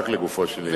רק לגופו של עניין.